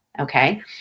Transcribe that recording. okay